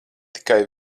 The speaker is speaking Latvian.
tikai